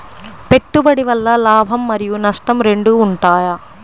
పెట్టుబడి వల్ల లాభం మరియు నష్టం రెండు ఉంటాయా?